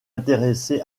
intéressé